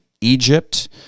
Egypt